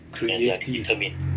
creative